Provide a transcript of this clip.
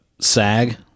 SAG